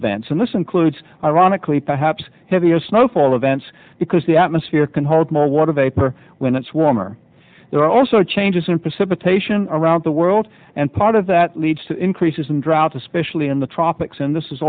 events and this includes ironically perhaps heaviest snowfall events because the fear can hold more water vapor when it's warmer there are also changes in pursue potations around the world and part of that leads to increases in drought especially in the tropics and this is